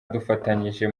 dufatanyije